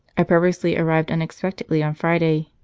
i purposely arrived unexpectedly on friday,